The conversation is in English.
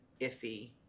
iffy